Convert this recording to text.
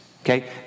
okay